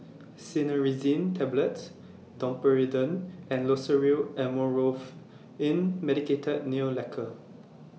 Cinnarizine Tablets Domperidone and Loceryl Amorolfine Medicated Nail Lacquer